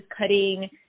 cutting